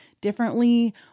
differently